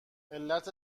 علت